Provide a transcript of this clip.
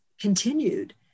continued